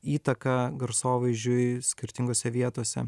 įtaka garsovaizdžiui skirtingose vietose